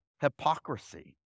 hypocrisy